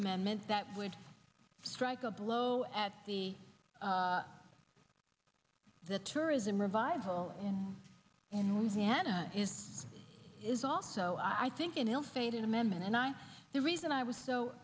amendments that would strike a blow at the the tourism revival and and louisiana is is also i think in ill fated amendment and i the reason i was so